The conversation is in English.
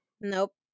Nope